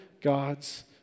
God's